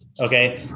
okay